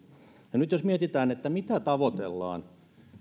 nyt jos mietitään mitä tavoitellaan